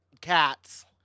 Cats